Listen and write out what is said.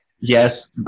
yes